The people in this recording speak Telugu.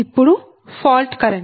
ఇప్పుడు ఫాల్ట్ కరెంట్